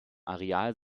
areal